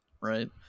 right